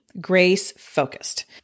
grace-focused